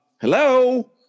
hello